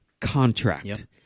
contract